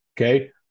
okay